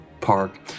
park